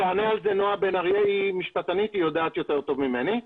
תענה על זה נועה בן אריה שהיא משפטנית ויודעת יותר טוב ממני.